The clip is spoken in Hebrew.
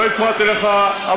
לא הפרעתי לך,